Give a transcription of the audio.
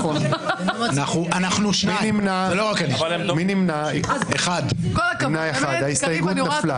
9 נמנעים, 1 ההסתייגות מס'